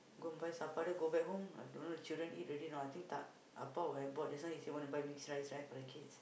go and buy supper then go back home I don't know the children eat already or not I think tak Appa would have bought just now he say want to buy mixed rice right for the kids